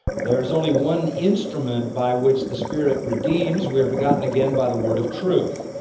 there's only one instrument by which the spirit redeems, we are begotten again by the word of truth.